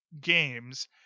games